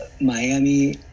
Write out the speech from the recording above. Miami